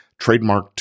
Trademarked